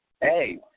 Hey